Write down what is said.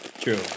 True